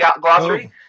glossary